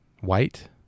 White